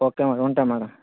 okay madam ఉంటా madam